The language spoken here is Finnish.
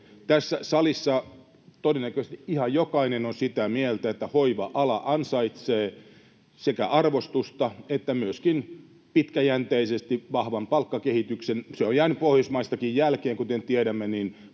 Tässä salissa todennäköisesti ihan jokainen on sitä mieltä, että hoiva-ala ansaitsee sekä arvostusta että myöskin pitkäjänteisesti vahvan palkkakehityksen. Se on jäänyt Pohjoismaistakin jälkeen. Kuten tiedämme,